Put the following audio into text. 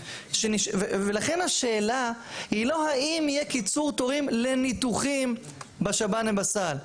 לכן השאלה היא לא האם יהיה קיצור תורים לניתוחים בשב"ן ובסל,